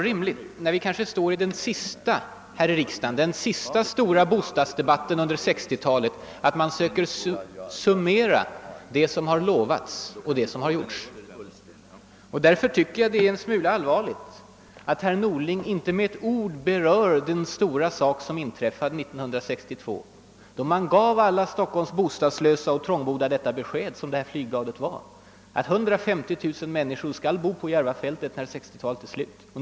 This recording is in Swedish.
När vi här i riksdagen för den kanske sista stora bostadsdebatten under 1960-talet, är det väl rimligt att man söker summera det som har lovats och det som har gjorts. Därför tycker jag att det är allvarligt att herr Norling inte med ett ord berör den stora sak som inträffade 1962. Då fick Stockholms alla bostadslösa och trångbodda det beskedet av socialdemokraternas flygblad att 150 000 människor skulle bo på Järvafältet när 1960-talet var slut.